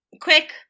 quick